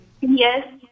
Yes